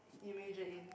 you major in